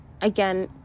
again